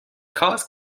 cause